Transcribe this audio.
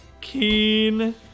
Keen